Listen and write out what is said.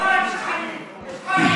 אדון שטראכה